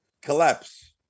collapse